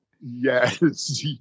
Yes